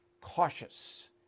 cautious